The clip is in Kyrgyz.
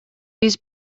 биз